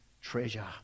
treasure